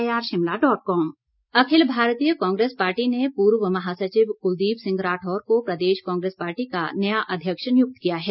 Rathore Akhil Bharatiya Congress party ने पूर्व महासचिव कुलदीप सिंह राठौर को प्रदेश कांग्रेस पार्टी का नया अध्यक्ष नियुक्त किया है